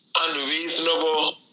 unreasonable